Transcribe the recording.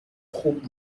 خوب